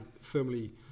firmly